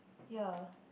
ya